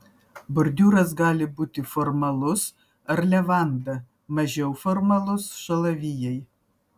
bordiūras gali būti formalus ar levanda mažiau formalus šalavijai